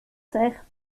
cech